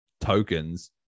tokens